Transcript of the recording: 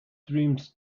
dreams